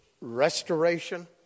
Restoration